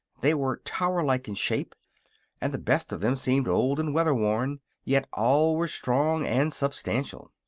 they were tower-like in shape and the best of them seemed old and weather-worn yet all were strong and substantial.